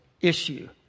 issue